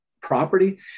property